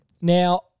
Now